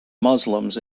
muslims